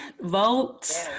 vote